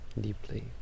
deeply